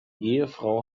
ehefrau